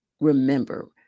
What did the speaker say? remember